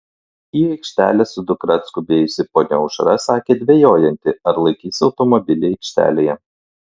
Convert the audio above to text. į aikštelę su dukra atskubėjusi ponia aušra sakė dvejojanti ar laikys automobilį aikštelėje